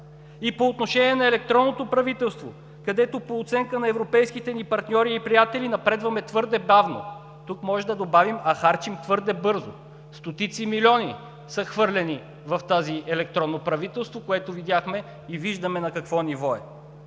И по отношение на електронното правителство, където, по оценка на европейските ни партньори и приятели, напредваме твърде бавно – тук може да добавим: а харчим твърде бързо. Стотици милиони са хвърлени в това електронно правителство, което видяхме и виждаме на какво ниво е.